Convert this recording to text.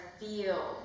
feel